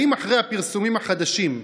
האם אחרי הפרסומים החדשים,